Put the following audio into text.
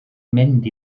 mynd